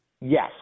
Yes